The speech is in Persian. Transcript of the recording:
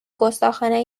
گستاخانهی